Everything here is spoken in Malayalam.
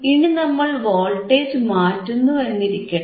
ഇനി നമ്മൾ വോൾട്ടേജ് മാറ്റുന്നു എന്നിരിക്കട്ടെ